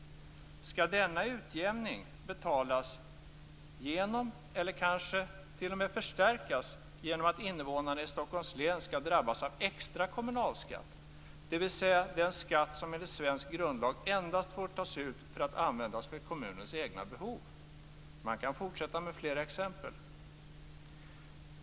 Skall denna "utjämning" betalas genom, eller kanske t.o.m. förstärkas genom, att invånarna i Stockholms län skall drabbas av extra kommunalskatt, dvs. den skatt som enligt svensk grundlag endast får tas ut för att användas till kommunens egna behov? Man kan fortsätta med fler exempel.